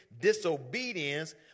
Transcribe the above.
disobedience